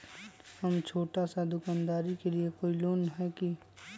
हम छोटा सा दुकानदारी के लिए कोई लोन है कि?